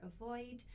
avoid